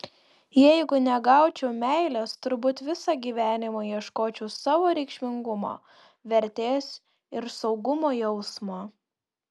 jeigu negaučiau meilės turbūt visą gyvenimą ieškočiau savo reikšmingumo vertės ir saugumo jausmo